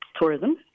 Tourism